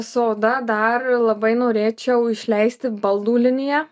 su oda dar labai norėčiau išleisti baldų liniją